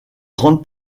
grande